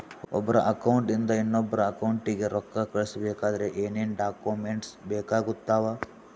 ಒಬ್ಬರ ಅಕೌಂಟ್ ಇಂದ ಇನ್ನೊಬ್ಬರ ಅಕೌಂಟಿಗೆ ರೊಕ್ಕ ಕಳಿಸಬೇಕಾದ್ರೆ ಏನೇನ್ ಡಾಕ್ಯೂಮೆಂಟ್ಸ್ ಬೇಕಾಗುತ್ತಾವ?